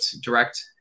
direct